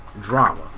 drama